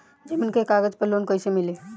जमीन के कागज पर लोन कइसे मिली?